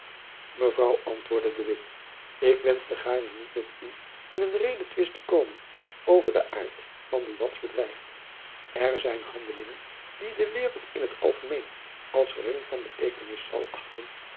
mevrouw antwoordde de witt ik wenschte gaarne niet met u in een redetwist te komen over den aart van buats bedrijf er zijn handelingen die de waereld in t algemeen als gering van beteekenis zal achten